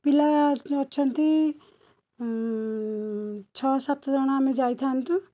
ପିଲା ଅଛନ୍ତି ଛଅ ସାତ ଜଣ ଆମେ ଯାଇଥାନ୍ତୁ